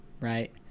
right